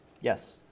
Yes